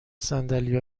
صندلی